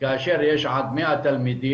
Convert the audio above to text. כאשר יש עד 100 תלמידים,